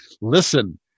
listen